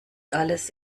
alles